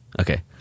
okay